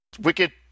Wicked